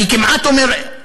אני כמעט אומר: